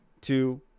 two